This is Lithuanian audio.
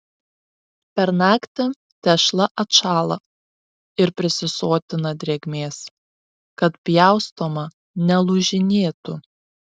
per naktį tešla atšąla ir prisisotina drėgmės kad pjaustoma nelūžinėtų